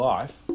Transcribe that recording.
Life